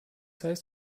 heißt